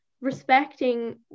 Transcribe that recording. respecting